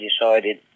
decided